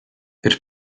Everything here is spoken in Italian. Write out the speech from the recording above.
per